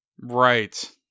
Right